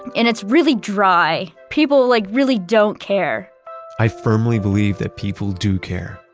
and it's really dry. people like really don't care i firmly believe that people do care,